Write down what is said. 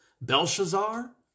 Belshazzar